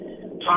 talk